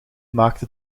maakte